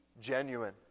genuine